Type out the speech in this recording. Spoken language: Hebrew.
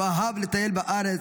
הוא אהב לטייל בארץ,